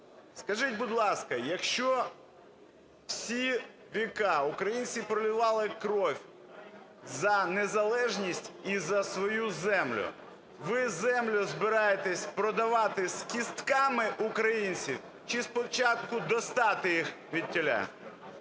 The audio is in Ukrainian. Скажіть, будь ласка, якщо всі віка українці проливали кров за незалежність і за свою землю, ви землю збираєтесь продавати з кістками українців, чи спочатку достати їх звідтіля?